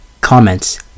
Comments